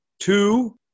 two